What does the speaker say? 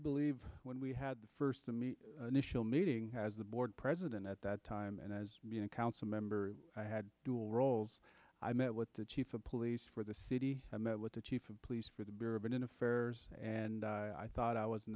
believe when we had the first nischelle meeting as the board president at that time and as a council member i had dual roles i met with the chief of police for the city i met with the chief of police for the bourbon in affairs and i thought i was